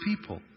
people